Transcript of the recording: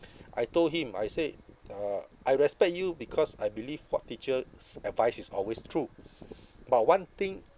I told him I say uh I respect you because I believe what teacher s~ advice is always true but one thing